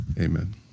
amen